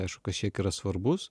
aišku kažkiek yra svarbus